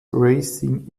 racing